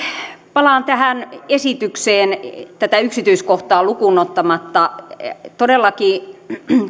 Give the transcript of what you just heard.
palaan tähän esitykseen tätä yksityiskohtaa lukuun ottamatta todellakin